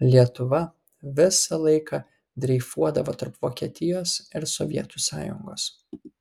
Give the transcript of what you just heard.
lietuva visą laiką dreifuodavo tarp vokietijos ir sovietų sąjungos